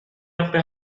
after